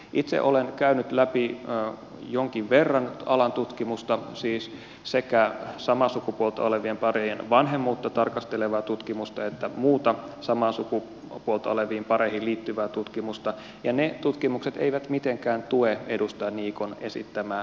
itse olen käynyt läpi jonkin verran alan tutkimusta siis sekä samaa sukupuolta olevien parien vanhemmuutta tarkastelevaa tutkimusta että muuta samaa sukupuolta oleviin pareihin liittyvää tutkimusta ja ne tutkimukset eivät mitenkään tue edustaja niikon esittämää väitettä